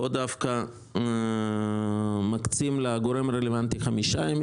פה דווקא מקצים לגורם הרלוונטי חמישה ימים